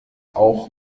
auch